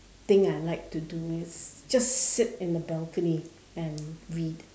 thing I like to do with just sit in the balcony and read